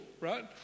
right